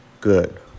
good